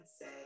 say